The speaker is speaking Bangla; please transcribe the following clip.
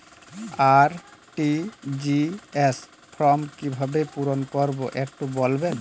আর.টি.জি.এস ফর্ম কিভাবে পূরণ করবো একটু বলবেন?